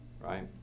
right